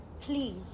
Please